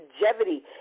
longevity